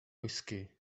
whiskey